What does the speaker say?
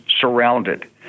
surrounded